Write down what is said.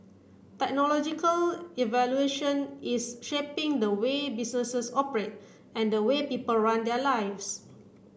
technological is shaping the way businesses operate and the way people run their lives